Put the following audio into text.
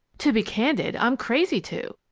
to be candid i'm crazy to.